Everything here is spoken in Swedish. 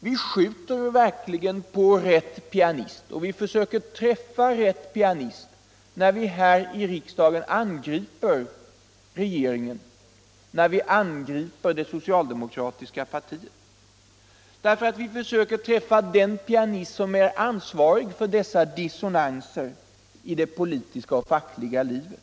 Vi skjuter verkligen på och försöker träffa rätt pianist när vi här i riksdagen angriper det socialdemokratiska partiet. Vi försöker träffa den pianist som är ansvarig för dessa dissonanser i det politiska och fackliga livet.